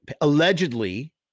allegedly